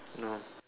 no